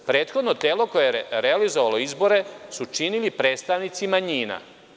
Prethodno telo koje je realizovalo izbore su činili predstavnici manjina.